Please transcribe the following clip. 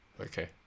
okay